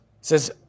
says